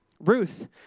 Ruth